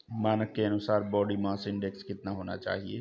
मानक के अनुसार बॉडी मास इंडेक्स कितना होना चाहिए?